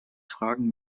fragen